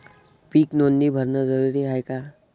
पीक नोंदनी भरनं जरूरी हाये का?